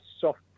soft